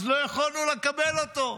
אז לא יכולנו לקבל אותו,